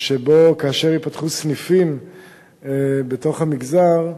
שבו כאשר ייפתחו סניפים בתוך המגזר,